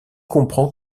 comprend